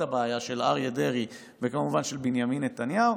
הבעיה של אריה דרעי וכמובן של בנימין נתניהו,